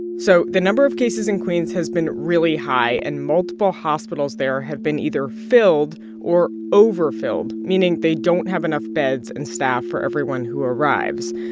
so the number of cases in queens has been really high, and multiple hospitals there have been either filled or overfilled, meaning they don't have enough beds and staff for everyone who arrives.